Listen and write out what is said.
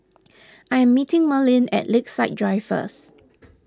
I am meeting Merlene at Lakeside Drive first